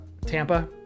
Tampa